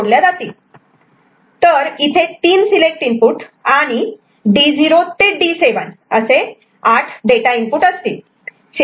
तरी इथे तीन सिलेक्ट इनपुट आणि D0 ते D7 डेटा इनपुट असतील